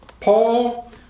Paul